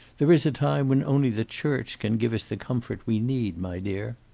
there is a time when only the church can give us the comfort we need, my dear.